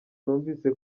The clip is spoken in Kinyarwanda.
numvise